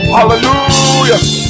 Hallelujah